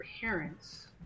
parents